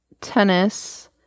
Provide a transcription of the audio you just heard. tennis